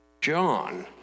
John